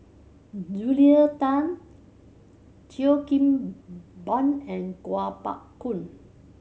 Julia Tan Cheo Kim Ban and Kuo Pao Kun